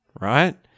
right